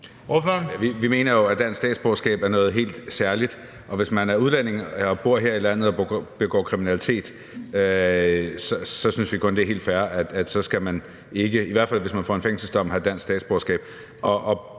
Vi mener jo, at dansk statsborgerskab er noget helt særligt, og hvis man er udlænding og bor her i landet og begår kriminalitet, så synes vi kun, at det er helt fair, at man, i hvert fald hvis man får en fængselsdom, ikke skal have dansk statsborgerskab.